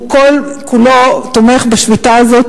הוא כל כולו תומך בשביתה הזאת,